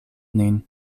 nin